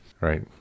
right